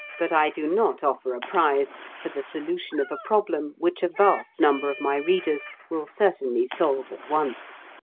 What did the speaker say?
but i do not offer a prize for the solution of a problem which a vast number of my readers will certainly solve at once.